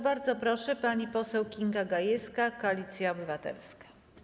Bardzo proszę, pani poseł Kinga Gajewska, Koalicja Obywatelska.